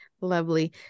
lovely